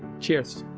cheers.